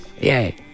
Yay